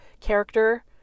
character